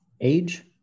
age